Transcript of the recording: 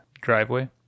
driveway